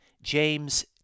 James